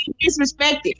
disrespected